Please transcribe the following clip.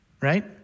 right